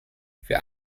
für